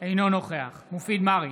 אינו נוכח מופיד מרעי,